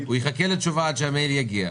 הוא יחכה לתשובה עד שהמייל יגיע.